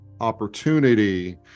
opportunity